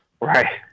Right